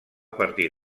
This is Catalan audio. partir